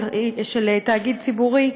של תאגיד ציבורי,